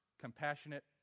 compassionate